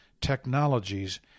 technologies